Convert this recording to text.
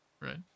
Right